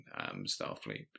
Starfleet